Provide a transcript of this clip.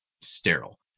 sterile